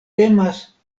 temas